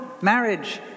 marriage